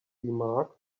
remark